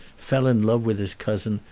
fell in love with his cousin,